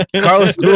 carlos